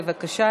בבקשה,